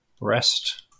rest